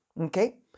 Okay